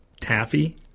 taffy